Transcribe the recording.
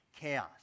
chaos